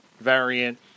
variant